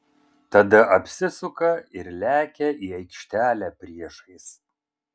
tada apsisuka ir lekia į aikštelę priešais